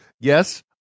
Yes